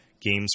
Games